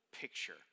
picture